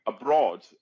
abroad